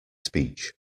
speech